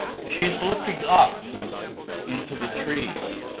she's looking up into the trees,